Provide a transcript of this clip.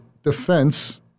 defense